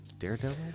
Daredevil